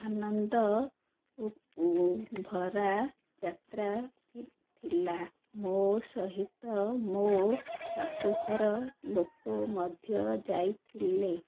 ଆନନ୍ଦ ଭରା ଯାତ୍ରା ଥିଲା ମୋ ସହିତ ମୋ ଶାଶୁଘର ଲୋକ ମଧ୍ୟ ଯାଇଥିଲେ